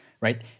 right